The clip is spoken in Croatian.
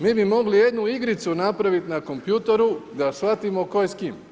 Mi bi mogli jednu igricu napraviti na kompjutoru da shvatimo tko je s kim.